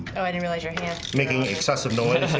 i didn't realize your hands making accessible and and